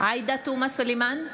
עאידה תומא סלימאן,